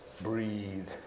breathe